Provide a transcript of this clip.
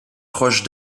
proche